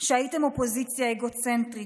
שהייתם אופוזיציה אגוצנטרית,